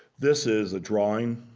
this is a drawing,